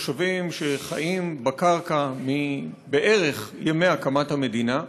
התושבים חיים על הקרקע בערך מימי הקמת המדינה,